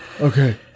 Okay